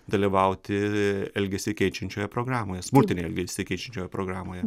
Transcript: dalyvauti elgesį keičiančioje programoje smurtinį elgesį keičiančioje programoje